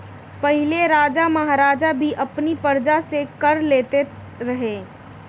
पहिले राजा महाराजा भी अपनी प्रजा से कर लेत रहे